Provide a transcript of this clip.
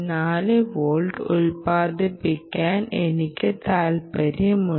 4 volt ഉത്പാദിപ്പിക്കാൻ എനിക്ക് താൽപ്പര്യമുണ്ട്